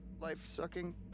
Life-sucking